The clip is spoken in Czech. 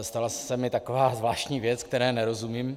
Stala se mi taková zvláštní věc, které nerozumím.